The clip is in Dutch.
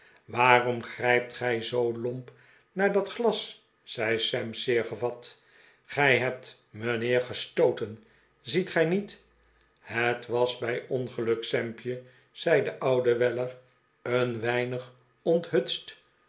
waarom grijpt gij zoo lomp naar dat glas zei sam zeer gevat gij hebt mijnheer gestooten ziet gij niet het was bij ongeluk sampje zei de oude welle r een weinig onthutst